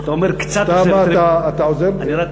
אתה אומר: קצת, אתה, מה אתה, אתה עוזר לי?